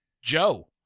Joe